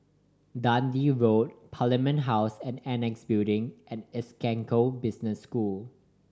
Dundee Road Parliament House and Annexe Building and Essec Business School